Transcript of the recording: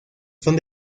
son